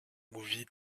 movie